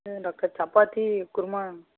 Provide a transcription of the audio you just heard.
doctor chapati kurma